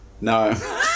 No